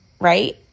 right